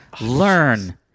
Learn